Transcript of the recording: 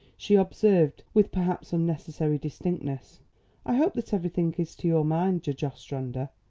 she observed, with perhaps unnecessary distinctness i hope that everything is to your mind, judge ostrander.